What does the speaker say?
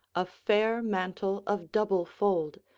a fair mantle of double fold,